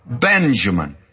Benjamin